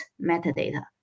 metadata